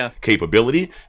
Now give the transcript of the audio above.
capability